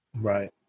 Right